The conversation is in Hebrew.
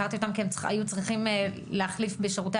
הכרתי אותם כי הם היו צריכים להחליף בשירותי